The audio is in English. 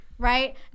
right